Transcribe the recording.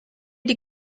die